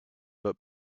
but